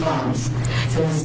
money to